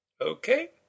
Okay